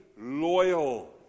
loyal